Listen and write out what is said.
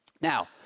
Now